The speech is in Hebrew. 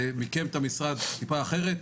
זה מיקם את המשרד טיפה אחרת.